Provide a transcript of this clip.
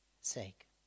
sake